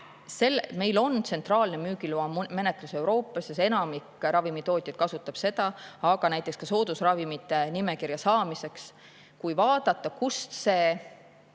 Meil on tsentraalne müügiloamenetlus Euroopas, enamik ravimitootjaid kasutab seda, aga näiteks ka soodusravimite nimekirja saamiseks. Kui vaadata, kust see